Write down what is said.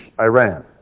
Iran